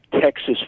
Texas